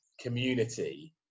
community